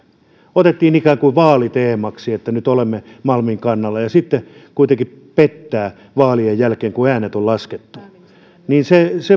otettiin ikään kuin vaaliteemaksi että nyt ollaan malmin kannalla ja sitten kuitenkin petetään vaalien jälkeen kun äänet on laskettu